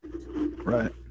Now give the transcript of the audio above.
Right